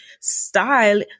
style